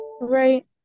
Right